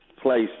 Place